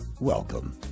Welcome